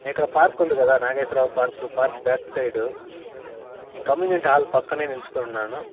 నేను ఇక్కడ పార్క్ ఉంది కదా Nageswara Rao park park back side ఈ కమ్యూనిటీ హాల్ పక్కన నిల్చుకొని ఉన్నాను